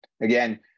Again